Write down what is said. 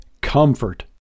Comfort